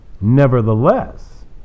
Nevertheless